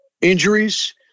injuries